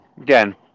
again